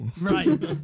Right